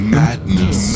madness